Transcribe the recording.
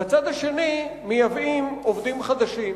בצד השני מייבאים עובדים חדשים.